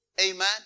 Amen